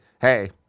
hey